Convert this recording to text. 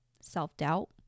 self-doubt